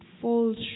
falls